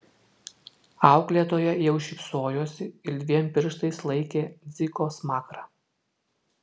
auklėtoja jau šypsojosi ir dviem pirštais laikė dziko smakrą